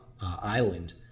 Island